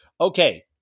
Okay